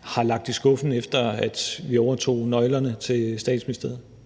har lagt i skuffen, efter at vi overtog nøglerne til Statsministeriet.